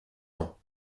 ans